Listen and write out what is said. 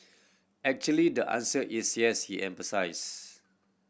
actually the answer is yes he emphasised